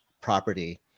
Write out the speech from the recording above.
property